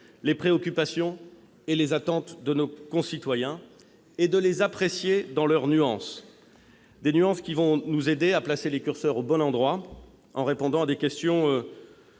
les préoccupations et les attentes de nos concitoyens et de les apprécier dans leurs nuances, ce qui nous aidera à placer le curseur au bon endroit pour répondre à des questions